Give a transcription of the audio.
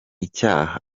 icyaha